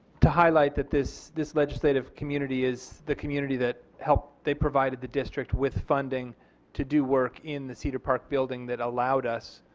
to highlight that this this legislative community is the community that helped, they provided the district with funding to do work in the cedar park building that allowed us,